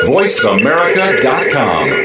VoiceAmerica.com